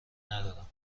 ندارم